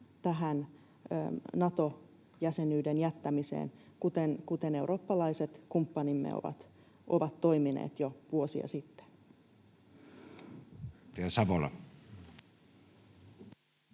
tähän Nato-jäsenyyden hakemuksen jättämiseen, kuten eurooppalaiset kumppanimme ovat toimineet jo vuosia sitten.